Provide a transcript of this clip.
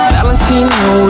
Valentino